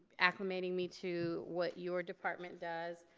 acclimating me to what your department does.